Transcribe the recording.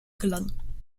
gelangen